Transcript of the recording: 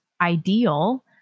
ideal